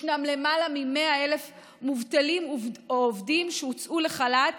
יש למעלה מ-100,000 מובטלים או עובדים שהוצאו לחל"ת